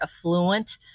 affluent